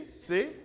see